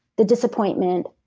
the disappointment,